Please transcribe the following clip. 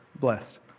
blessed